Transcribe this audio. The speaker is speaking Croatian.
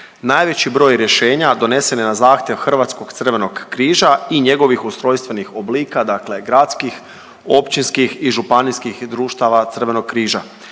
Najveći broj rješenja donesen je na zahtjev hrvatskog Crvenog križa i njegovih ustrojstvenih oblika, dakle gradskih, općinskih i županijskih društava Crvenog križa.